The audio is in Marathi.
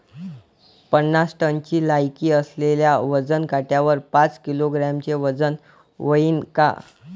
पन्नास टनची लायकी असलेल्या वजन काट्यावर पाच किलोग्रॅमचं वजन व्हईन का?